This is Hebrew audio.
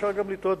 אפשר גם לטעות,